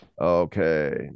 Okay